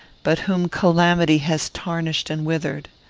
but whom calamity has tarnished and withered.